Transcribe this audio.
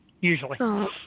Usually